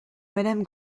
madame